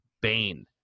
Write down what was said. Bane